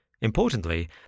Importantly